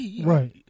Right